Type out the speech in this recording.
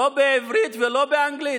לא בעברית ולא באנגלית.